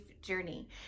journey